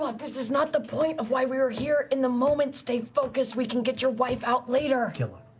this is not the point of why we're here in the moment. stay focused. we can get your wife out later.